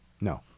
No